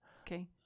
okay